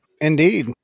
Indeed